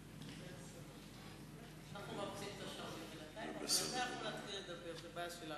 אני רוצה לדבר על חוק ההסדרים